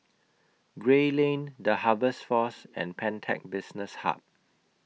Gray Lane The Harvest Force and Pantech Business Hub